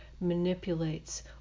manipulates